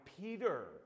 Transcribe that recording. Peter